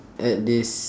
add this